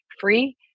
free